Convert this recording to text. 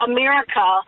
America